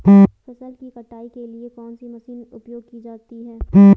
फसल की कटाई के लिए कौन सी मशीन उपयोग की जाती है?